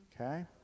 Okay